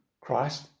Christ